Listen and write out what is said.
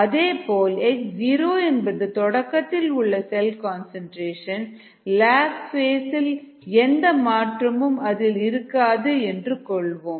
அதேபோல் x0 என்பது தொடக்கத்தில் உள்ள செல் கன்சன்ட்ரேஷன் லாக் ஃபேஸ் இல் எந்த மாற்றமும் அதில் இருக்காது என்று கொள்வோம்